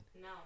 no